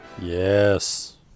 Yes